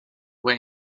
way